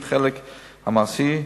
ובחלק המעשי,